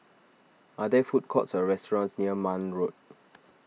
are there food courts or restaurants near Marne Road